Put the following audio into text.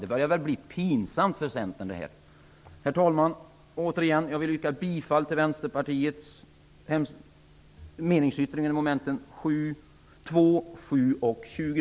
Det börjar ju bli pinsamt för Herr talman! Jag yrkar bifall till Vänsterpartiets meningsyttringar under mom. 2, 7 och 20.